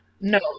No